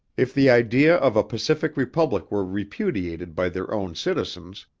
if the idea of a pacific republic were repudiated by their own citizens,